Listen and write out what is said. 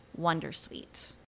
Wondersuite